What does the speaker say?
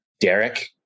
Derek